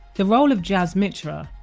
the role of jas mitra,